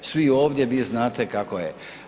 Svi ovdje vi znate kako je.